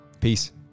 Peace